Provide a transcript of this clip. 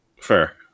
Fair